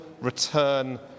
return